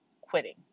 quitting